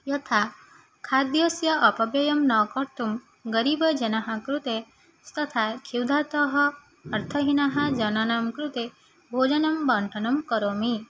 यथा खाद्यस्य अपव्ययं न कर्तुं गरीवजनाः कृते तथा क्षुधार्थः अर्थहीनः जनानां कृते भोजनं वाण्टनं करोमि